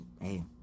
hey